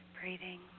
breathing